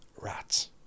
rats